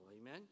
Amen